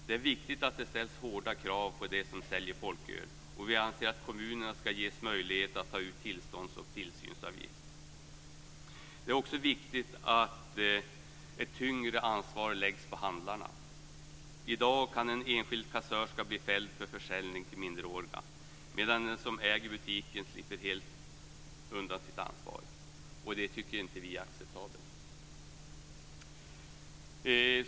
Det är viktigt att det ställs hårda krav på dem som säljer folköl, och vi anser att kommunerna ska ges möjlighet att ta ut tillstånds och tillsynsavgift. Det är också viktigt att ett tyngre ansvar läggs på handlarna. I dag kan en enskild kassörska bli fälld för försäljning till minderåriga, medan den som äger butiken helt slipper undan sitt ansvar. Det tycker inte vi är acceptabelt.